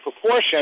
proportion